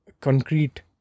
concrete